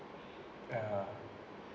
ya